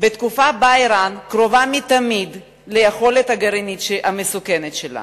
בתקופה שבה אירן קרובה מתמיד ליכולת הגרעינית המסוכנת שלה,